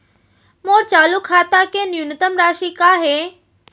मोर चालू खाता के न्यूनतम राशि का हे?